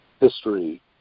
history